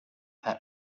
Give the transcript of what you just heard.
that